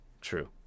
True